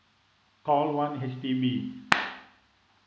call one H_D_B